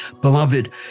Beloved